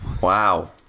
wow